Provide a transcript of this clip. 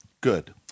Good